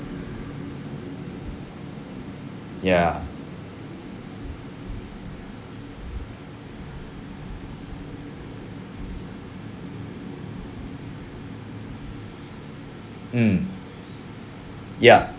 ya mm ya